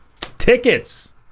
Tickets